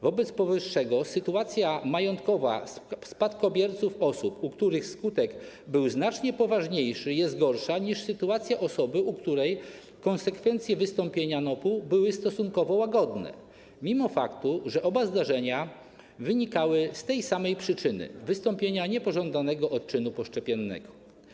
Wobec powyższego sytuacja majątkowa spadkobierców osób, w przypadku których skutek był znacznie poważniejszy, jest gorsza niż sytuacja osób, w przypadku których konsekwencje wystąpienia NOP były stosunkowo łagodne, mimo faktu, że oba zdarzenia wynikały z tej samej przyczyny: wystąpienia niepożądanego odczynu poszczepiennego.